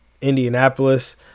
Indianapolis